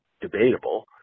debatable